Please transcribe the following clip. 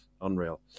Unreal